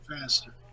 faster